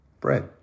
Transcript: bread